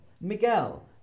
Miguel